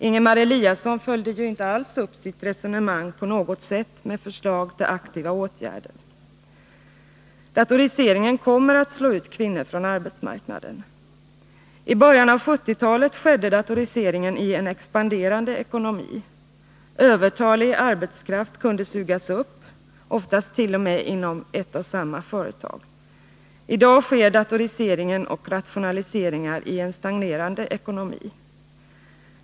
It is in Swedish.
Ingemar Eliasson följde ju inte upp sitt resonemang på något sätt med förslag till aktiva åtgärder. Datoriseringen kommer att slå ut kvinnor från arbetsmarknaden. I början av 1970-talet skedde datoriseringen i en expanderande ekonomi. Övertalig arbetskraft kunde sugas upp, oftast t.o.m. inom ett och samma företag. I dag sker datoriseringen och rationaliseringen i en stagnerande ekonomi.